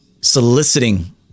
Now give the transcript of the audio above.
soliciting